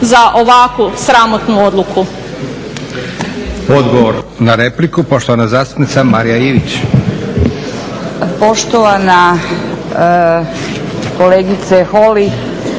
za ovakvu sramotnu odluku.